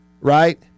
right